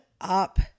up